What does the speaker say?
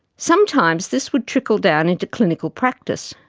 sometimes this would trickle down into clinical practice.